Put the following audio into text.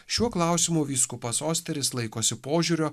šiuo klausimu vyskupas osteris laikosi požiūrio